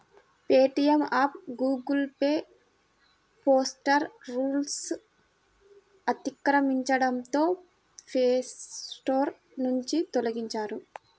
Paytm app Google Play Store రూల్స్ను అతిక్రమించడంతో Play Store నుంచి తొలగించారు